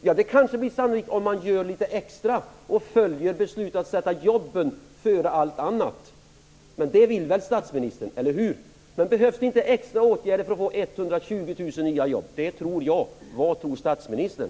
Ja, det kanske blir sannolikt om man gör litet extra och följer beslutet att sätta jobben före allt annat. Det vill väl statsministern, eller hur? Behövs det inte extra åtgärder för att få 120 000 nya jobb? Det tror jag. Vad tror statsministern?